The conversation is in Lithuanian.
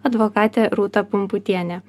advokatė rūta pumputienė